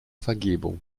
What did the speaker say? vergebung